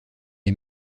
les